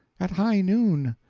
at high noon.